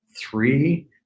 three